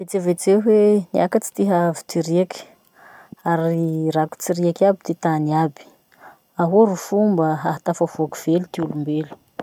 Vetsivetseo hoe niakatsy ty haavo ty riaky ary rakotsy riaky aby ty tany aby. Ahoa ry fomba hahatafavoaky velo ty olombelo?